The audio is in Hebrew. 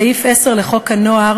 סעיף 10 לחוק הנוער